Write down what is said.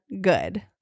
good